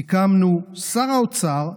סיכמנו שר האוצר,